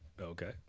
Okay